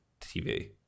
TV